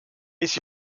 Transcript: its